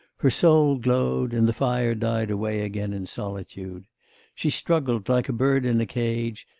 her soul glowed, and the fire died away again in solitude she struggled like a bird in a cage,